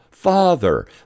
Father